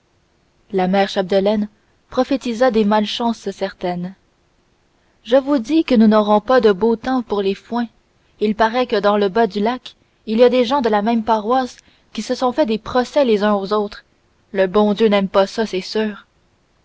la mère chapdelaine prophétisa des malchances certaines je vous dis que nous n'aurons pas de beau temps pour les foins il paraît que dans le bas du lac il y a des gens de la même paroisse qui se sont fait des procès les uns aux autres le bon dieu n'aime pas ça c'est sûr